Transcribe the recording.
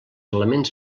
elements